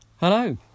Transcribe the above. Hello